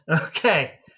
okay